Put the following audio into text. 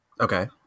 Okay